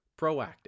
proactive